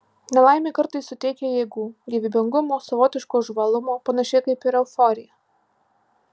nelaimė kartais suteikia jėgų gyvybingumo savotiško žvalumo panašiai kaip ir euforija